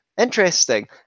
interesting